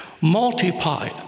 multiply